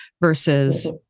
Versus